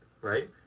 right